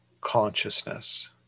consciousness